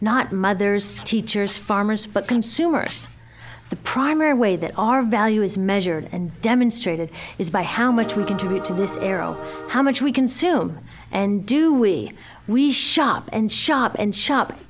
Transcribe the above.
not mothers teachers farmers but consumers the primary way that our value is measured and demonstrated is by how much we contribute to this arrow how much we consume and do we we shop and shop and shop